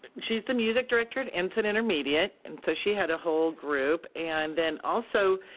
she's the music director at ensign intermediate, and so she had a whole group, and then also